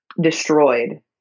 destroyed